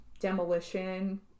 demolition